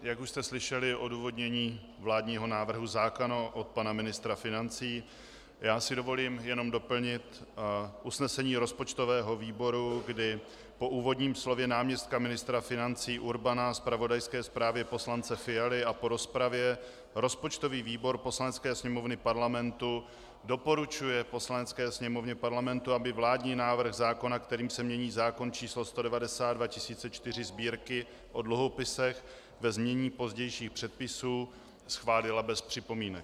Jak už jste slyšeli odůvodnění vládního návrhu zákona od pana ministra financí, já si dovolím jenom doplnit usnesení rozpočtového výboru, kdy po úvodním slově náměstka ministra financí Urbana, zpravodajské zprávě poslance Fialy a po rozpravě rozpočtový výbor Poslanecké sněmovny Parlamentu doporučuje Poslanecké sněmovně Parlamentu, aby vládní návrh zákona, kterým se mění zákon č. 190/2004 Sb., o dluhopisech, ve znění pozdějších předpisů, schválila bez připomínek.